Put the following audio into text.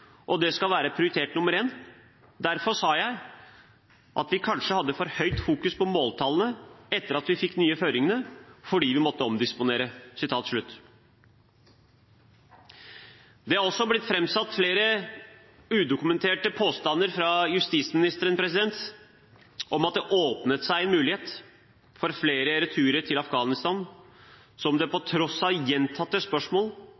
og at det skal være prioritet nr. 1. Derfor sa jeg at vi kanskje hadde for høyt fokus på måltallene etter at vi fikk de nye føringene, fordi vi måtte omdisponere.» Det er også blitt framsatt flere udokumenterte påstander fra justisministeren om at det åpnet seg en mulighet for flere returer til Afghanistan som det på tross av gjentatte spørsmål